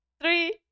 Three